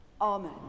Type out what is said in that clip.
Amen